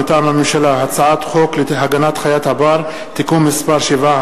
מטעם הממשלה: הצעת חוק להגנת חיית הבר (תיקון מס' 7),